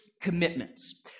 commitments